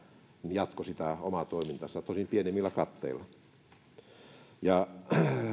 jatkoi omaa toimintaansa tosin pienemmillä katteilla